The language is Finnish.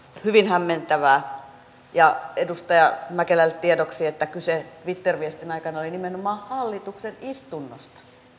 hyvin hämmentävää ja edustaja mäkelälle tiedoksi että kyse twitter viestin aikana oli nimenomaan hallituksen istunnosta